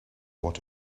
what